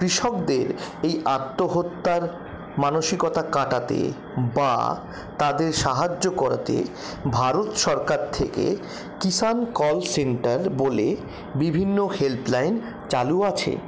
কৃষকদের এই আত্মহত্যার মানসিকতা কাটাতে বা তাদের সাহায্য করতে ভারত সরকার থেকে কিষান কল সেন্টার বলে বিভিন্ন হেল্পলাইন চালু আছে